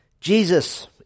Jesus